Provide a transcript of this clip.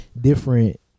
different